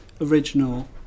original